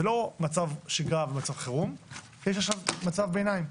זה לא מצב שגרה ומצב חירום אלא יש עכשיו מצב ביניים,